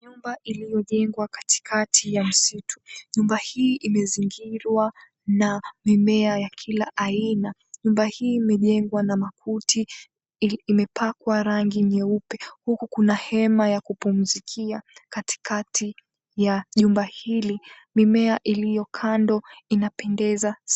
Nyumba iliojengo kati katia msitu. Nyumba hii imezingirwa na mimea ya kila aina. Nyumba hii imejengwa makuti. Imepakwa rangi yeupe, huku kuna hema ya kupumzikia katikati ya nyumba hili. Mimea iliyokando inapendeza sana.